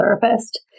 therapist